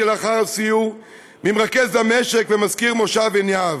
לאחר הסיור ממרכז המשק ומזכיר מושב עין-יהב: